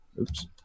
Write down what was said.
Oops